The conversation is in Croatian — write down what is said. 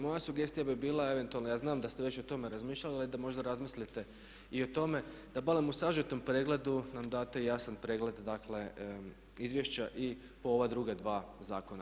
Moja sugestija bi bila eventualno, ja znam da ste već o tome razmišljali, ali da možda razmislite i o tome da barem u sažetom pregledu nam date jasan pregled, dakle izvješća i po ova druga dva zakona.